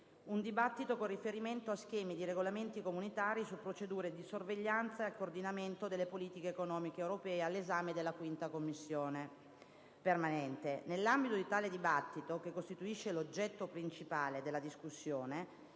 un dibattito con riferimento a schemi di regolamenti comunitari su procedure di sorveglianza e coordinamento delle politiche economiche europee, all'esame della 5a Commissione permanente. Nell'ambito di tale dibattito, che costituisce l'oggetto principale della discussione,